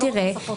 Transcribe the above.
מעצר.